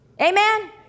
Amen